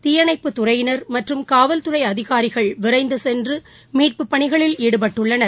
தீயணைப்புத் துறையினர் மற்றும் காவல்துறை அதிகாரிகள் விரைந்து சென்று மீட்புப் பணிகளில் ஈடுபட்டுள்ளனர்